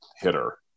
hitter